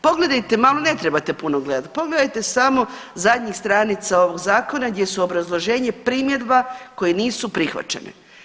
Pogledajte malo, ne trebate puno gledat, pogledajte samo zadnjih stranica ovog zakona gdje su obrazloženje primjedba koje nisu prihvaćene.